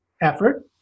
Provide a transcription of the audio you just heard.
effort